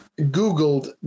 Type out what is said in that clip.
Googled